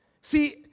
See